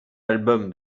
album